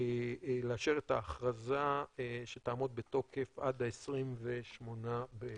לאשר את ההכרזה שתעמוד בתוקף עד ה-28 באוקטובר.